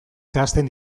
zehazten